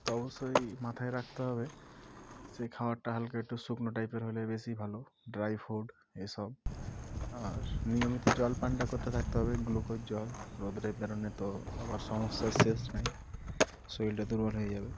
তো অবশ্যই মাথায় রাখতে হবে সেই খাওয়াটা হালকা একটু শুকনো টাইপের হলে বেশি ভালো ড্রাই ফুড এসব আর নিয়মিত জল পানটা করতে থাকতে হবে গ্লুকোজ জল রোদে এই বেরোলে তো আবার সমস্যার শেষ নেই শরীরটা দুর্বল হয়ে যাবে